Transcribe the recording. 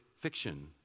fiction